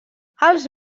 els